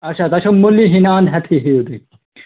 اَچھا تۄہہِ چھَو مٔلی ہٮ۪نہِ اَنٛد ہٮ۪تھٕے ہیٚیِو تُہۍ